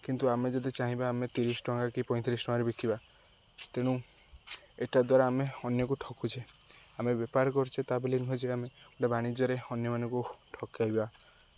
କିନ୍ତୁ ଆମେ ଯଦି ଚାହିଁବା ଆମେ ତିରିଶି ଟଙ୍କା କି ପଇଁତିରିଶି ଟଙ୍କାରେ ବିକିବା ତେଣୁ ଏଟା ଦ୍ୱାରା ଆମେ ଅନ୍ୟକୁ ଠକୁଛେ ଆମେ ବେପାର କରୁଛେ ତା ବୋଲି ନୁହେଁ ଯେ କି ଆମେ ଗୋଟେ ବାଣିଜ୍ୟରେ ଅନ୍ୟମାନଙ୍କୁ ଠକାଇବା